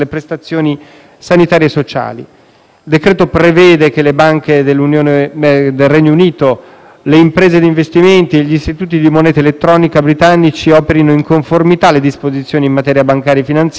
Il decreto-legge prevede che le banche del Regno Unito, le imprese di investimento e gli istituti di moneta elettronica britannici operino in conformità alle disposizioni in materia bancaria e finanziaria, e siano loro applicabili